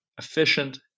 efficient